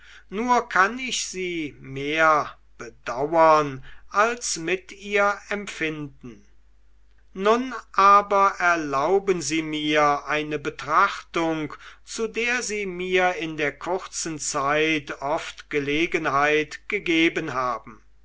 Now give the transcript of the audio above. nur kann ich sie mehr bedauern als mit ihr empfinden nun aber erlauben sie mir eine betrachtung zu der sie mir in der kurzen zeit oft gelegenheit gegeben haben